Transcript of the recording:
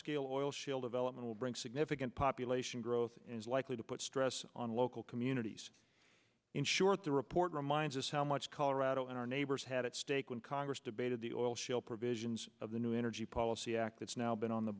shale development will bring significant population growth is likely to put stress on local communities in short the report reminds us how much colorado and our neighbors had at stake when congress debated the oil shale provisions of the new energy policy act that's now been on the